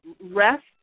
rest